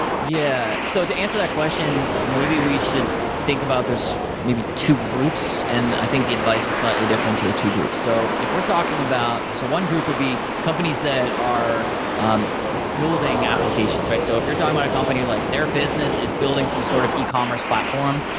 yeah. so to answer that question, maybe we should think about there're maybe two groups, and i think the advice is slightly different to the two groups. so if we're talking about so one group would be companies that are building applications, right? so if you're talking about a company like their business is building some sort of ecommerce platform,